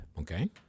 Okay